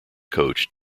coach